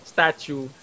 Statue